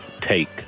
take